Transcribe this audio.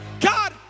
God